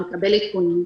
מקבל עדכונים,